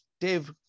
Dave